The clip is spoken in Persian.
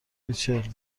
ریچل